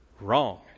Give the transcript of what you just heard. Wrong